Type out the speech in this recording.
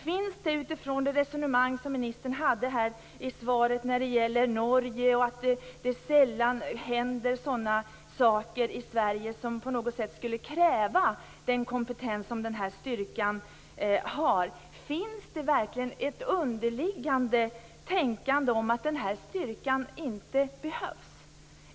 Ligger det under de resonemang som ministern för i svaret när det gäller Norge och om att det sällan händer saker i Sverige som på något sätt skulle kräva den kompetens som den här styrkan har ett tänkande om att den här styrkan inte behövs?